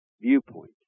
viewpoint